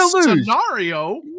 scenario